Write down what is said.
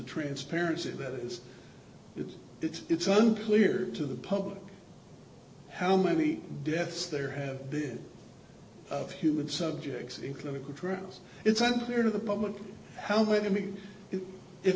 transparency that is it's it's it's unclear to the public how many deaths there have been of human subjects in clinical trials it's unclear to the public how many i mean if